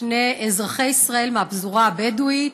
שני אזרחי ישראל מהפזורה הבדואית